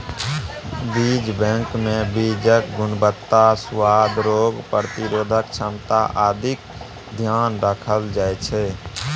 बीज बैंकमे बीजक गुणवत्ता, सुआद, रोग प्रतिरोधक क्षमता आदिक ध्यान राखल जाइत छै